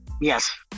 Yes